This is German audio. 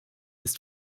ist